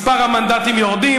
מספר המנדטים יורד,